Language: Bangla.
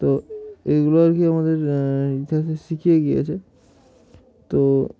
তো এগুলো আর কি আমাদের ইতিহাসে শিখিয়ে গিয়েছে তো